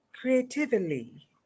Creatively